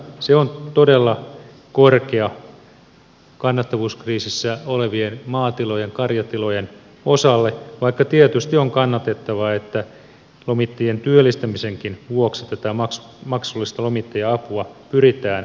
se on todella korkea kannattavuuskriisissä olevien maatilojen karjatilojen osalle vaikka tietysti on kannatettavaa että lomittajien työllistämisenkin vuoksi tätä maksullista lomittaja apua pyritään markkinoimaan